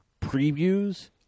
previews